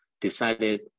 decided